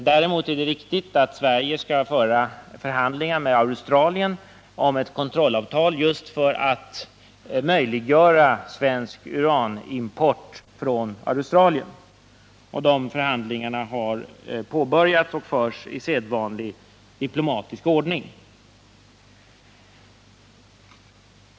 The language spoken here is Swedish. Däremot är det riktigt att Sverige skall föra förhandlingar med Australien om ett kontrollavtal för att möjliggöra svensk uranimport från Australien. Dessa förhandlingar har påbörjats och förs i sedvanlig diplomatisk ordning.